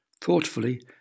Thoughtfully